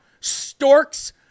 Storks